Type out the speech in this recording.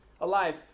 Alive